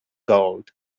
gold